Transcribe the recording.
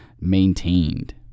maintained